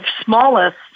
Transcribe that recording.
smallest